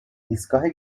ایستگاه